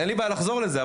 אין לי בעיה לחזור לזה,